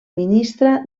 ministra